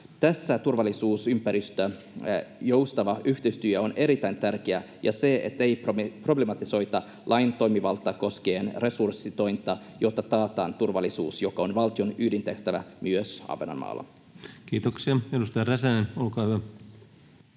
tärkeä turvallisuusympäristön joustava yhteistyö ja se, että ei problematisoida lain toimivaltaa koskien resursointia, jotta taataan turvallisuus, joka on valtion ydintehtävä myös Ahvenanmaalla. [Speech 24] Speaker: